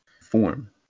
form